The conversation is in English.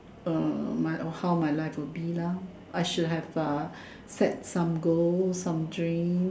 my offer my life would be lah I should have set some goals some dreams